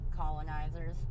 colonizers